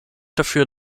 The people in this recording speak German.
dafür